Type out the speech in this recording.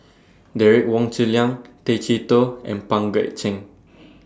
Derek Wong Zi Liang Tay Chee Toh and Pang Guek Cheng